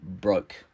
broke